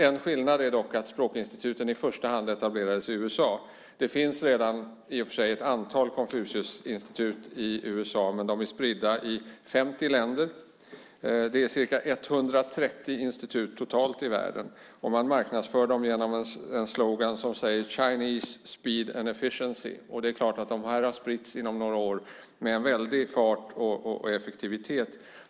En skillnad är dock att språkinstituten i första hand etablerades i USA. Det finns i och för sig ett antal Konfuciusinstitut i USA, men de är spridda i 50 länder. Det är ca 130 institut totalt i världen, och man marknadsför dem genom en slogan som lyder Chinese speed and efficiency , och det är klart att de har spritts inom några år med en väldig fart och effektivitet.